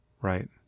right